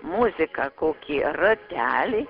muziką kokį ratelį